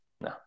No